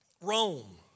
Rome